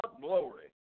glory